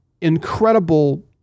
incredible